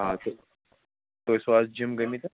آ تُہۍ تُہۍ ٲسوٕ اَز جَم گٲمٕتٮ۪ن